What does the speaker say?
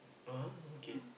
ah okay